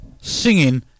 singing